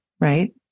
right